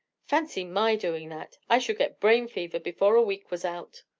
fancy my doing that! i should get brain fever before a week was out.